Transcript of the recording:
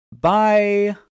Bye